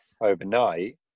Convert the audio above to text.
overnight